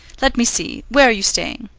let me see, where are you staying?